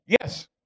Yes